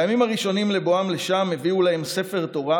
בימים הראשונים לבואם לשם הביאו להם ספר תורה,